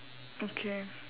okay